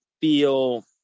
feel